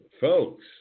folks